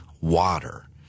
water